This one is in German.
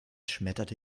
schmetterte